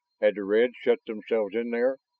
had the reds shut themselves in there,